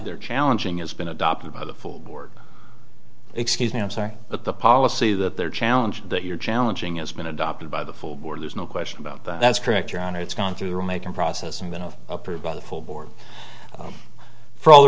they're challenging has been adopted by the full board excuse me i'm sorry but the policy that they're challenging that you're challenging has been adopted by the full board there's no question about that that's correct your honor it's gone through making process and then of approved by the full board for all the